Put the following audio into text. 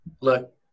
look